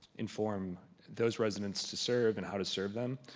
inform those residents to serve and how to serve them.